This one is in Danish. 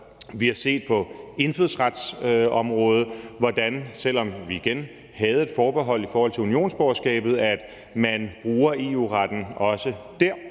Vi har set på indfødsretsområdet, hvordan man, selv om vi, igen, havde et forbehold i forhold til unionsborgerskabet, bruger EU-retten også der.